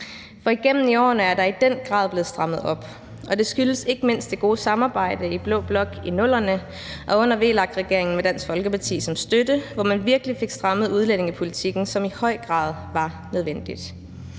For igennem årene er der i den grad blevet strammet op, og det skyldes ikke mindst det gode samarbejde i blå blok i 00'erne og under VLAK-regeringen med Dansk Folkeparti som støtte, hvor man virkelig fik strammet udlændingepolitikken, hvilket i høj grad var nødvendigt.